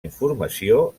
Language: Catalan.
informació